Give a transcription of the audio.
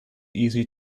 easy